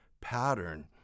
pattern